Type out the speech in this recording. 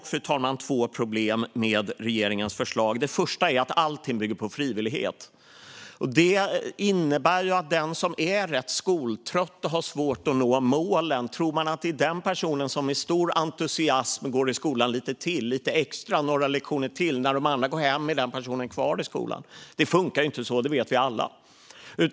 Vi ser dock två problem med regeringens förslag. Det första är att allting bygger på frivillighet. Tror man att den som är rätt skoltrött och har svårt att nå målen med stor entusiasm går i skolan några lektioner till och är kvar i skolan när de andra går hem? Det funkar inte så, det vet vi alla.